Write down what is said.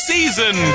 Season